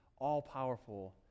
all-powerful